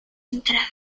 entrada